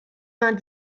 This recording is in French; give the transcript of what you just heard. vingt